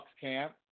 camp